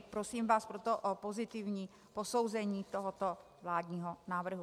Prosím vás proto o pozitivní posouzení tohoto vládního návrhu.